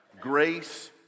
grace